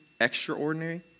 extraordinary